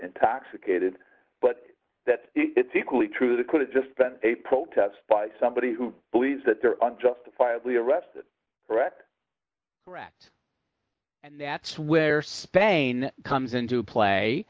intoxicated but that it's equally true that could have just been a protest by somebody who believes that their unjustifiably arrest correct correct and that's where spain comes into play